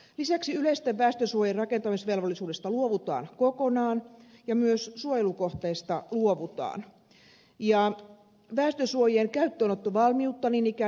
lisäksi yleisten väestönsuojien rakentamisvelvollisuudesta luovutaan kokonaan ja myös suojelukohteista luovutaan ja väestönsuojien käyttöönottovalmiutta niin ikään lievennetään